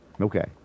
Okay